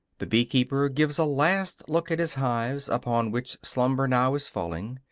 the bee-keeper gives a last look at his hives, upon which slumber now is falling.